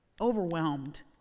overwhelmed